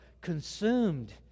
consumed